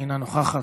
אינה נוכחת,